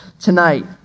tonight